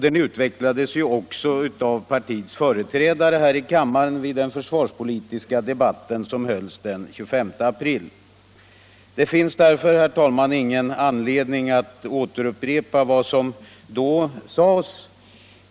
Den utvecklades också av partiets företrädare här i kammaren i den försvarspolitiska debatt som hölls den 25 april. Det finns, herr talman, nu ingen anledning att upprepa vad som då sades.